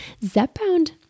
ZepBound